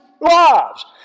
lives